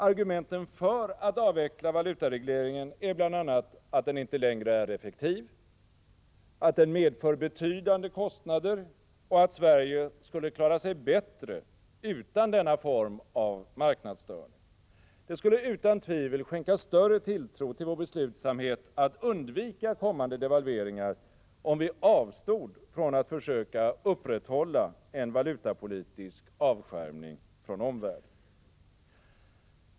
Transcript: Argumenten för att avveckla valutaregleringen är bl.a. att den inte längre är effektiv, att den medför betydande kostnader och att Sverige skulle klara sig bättre utan denna form av marknadsstörning. Det skulle utan tvivel skänka större tilltro till vår beslutsamhet att undvika kommande devalveringar, om vi avstod från att försöka upprätthålla en valutapolitisk avskärmning från omvärlden.